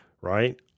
right